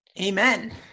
Amen